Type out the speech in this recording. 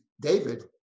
David